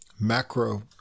macro